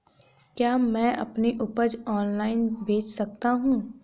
क्या मैं अपनी उपज ऑनलाइन बेच सकता हूँ?